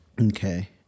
Okay